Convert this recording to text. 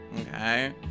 Okay